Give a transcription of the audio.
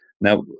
Now